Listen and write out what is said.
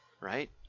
right